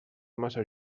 massa